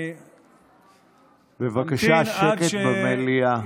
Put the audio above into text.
בבקשה שקט במליאה.